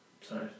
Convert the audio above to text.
Sorry